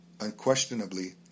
Unquestionably